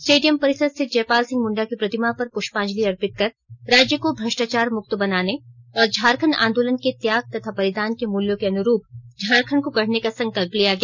stadium परिसर स्थित जयपाल सिंह मुंडा की प्रतिमा पर पुष्पांजलि अर्पित कर राज्य को भ्रष्टाचार मुक्त बनाने और झारखंड आंदोलन के त्याग तथा बलिदान के मूल्यों के अनुरूप झारखंड को गढ़ने का संकल्प लिया गया